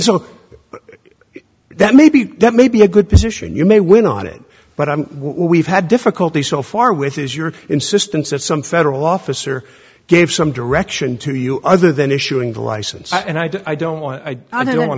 so that may be that may be a good position you may win on it but i'm we've had difficulty so far with as your insistence that some federal officer gave some direction to you other than issuing the license and i don't want i don't want